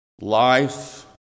life